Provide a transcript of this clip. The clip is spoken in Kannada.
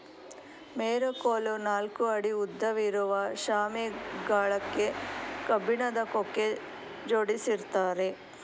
ಮೆರಕೋಲು ನಾಲ್ಕು ಅಡಿ ಉದ್ದವಿರುವ ಶಾಮೆ ಗಳಕ್ಕೆ ಕಬ್ಬಿಣದ ಕೊಕ್ಕೆ ಜೋಡಿಸಿರ್ತ್ತಾರೆ